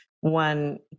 One